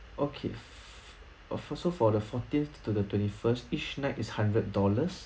okay f~ so for the fourteenth to the twenty first each night is hundred dollars